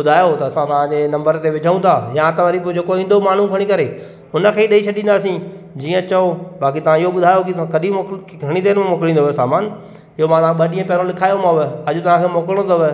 ॿुधायो त असां तव्हां जे नंबर ते विझूं था या त वरी पोइ जेको ईंदो माण्हू खणी करे उन खे ई ॾई छॾींदासीं जीअं चओ बाक़ी तव्हां इहो ॿुधायो कि तव्हां कॾी मोकिली घणी देरि में मोकिलींदव सामान इहो मां तव्हां खे ॿ ॾींहं पहिरों लिखायोमांव अॼु तव्हां खे मोकिलिणो अथव